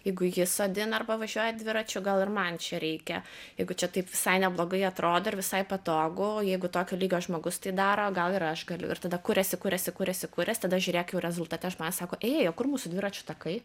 jeigu jis sodina arba važiuoja dviračiu gal ir man čia reikia jeigu čia taip visai neblogai atrodo ir visai patogu o jeigu tokio lygio žmogus tai daro gal ir aš galiu ir tada kuriasi kuriasi kuriasi kurias tada žiūrėk jau rezultate žmonės sako ė kur mūsų dviračių takai